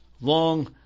long